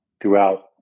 throughout